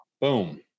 Boom